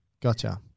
Gotcha